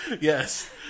Yes